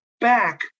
back